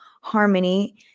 harmony